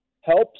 helps